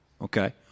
Okay